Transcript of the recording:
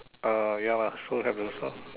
uh ya lah so have those lor